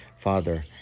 Father